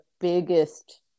biggest